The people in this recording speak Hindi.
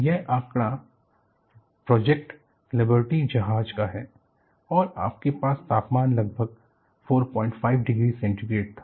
यह आंकड़ा प्रोजेक्ट लिबर्टी जहाज का है और आपके पास तापमान लगभग 45 डिग्री सेंटीग्रेड था